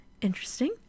interesting